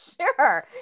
Sure